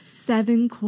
Seven